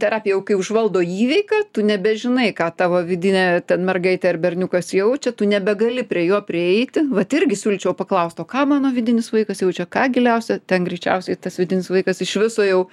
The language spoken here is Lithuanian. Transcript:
terapiją jau kai užvaldo įveika tu nebežinai ką tavo vidinė ten mergaitė ar berniukas jaučia tu nebegali prie jo prieiti vat irgi siūlyčiau paklaust o ką mano vidinis vaikas jaučia ką giliausia ten greičiausiai tas vidinis vaikas iš viso jau